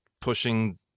pushing